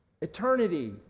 eternity